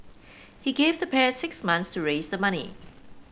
he gave the pair six months to raise the money